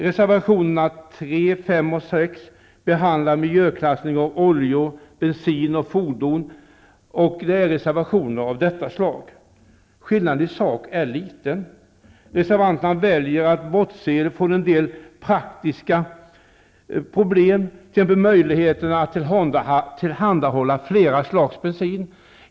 Reservationerna 3, 5 och 6, som behandlar miljöklassning av oljor, bensin och fordon, är reservationer av detta slag. Skillnaden i sak gentemot utskottets förslag är liten. Reservanterna väljer att bortse från en del praktiska problem som har att göra med möjligheterna att tillhandahålla flera slags bensin.